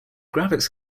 graphics